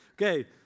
Okay